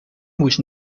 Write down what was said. moest